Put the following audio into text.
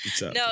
no